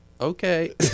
okay